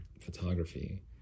photography